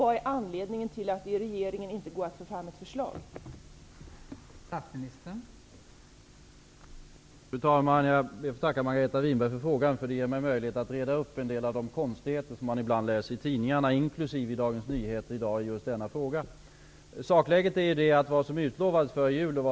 Vad är anledningen till att det inte går att få fram ett förslag i regeringen?